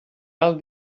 cal